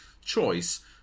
choice